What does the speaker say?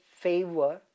favor